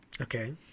okay